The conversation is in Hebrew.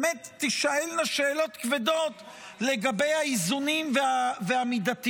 באמת תשאלנה שאלות כבדות על האיזונים והמידתיות.